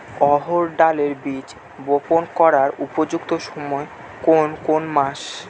অড়হড় ডালের বীজ বপন করার উপযুক্ত সময় কোন কোন মাস?